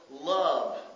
love